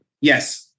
Yes